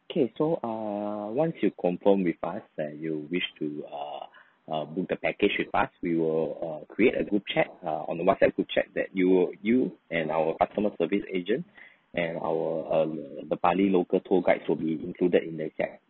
K so err once you confirm with us that you wish to err err book the package with us we will uh create a group chat ah on the WhatsApp group chat that you will you and our customer service agent and our uh the bali local tour guides will be included in the chat